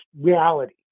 reality